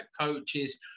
Coaches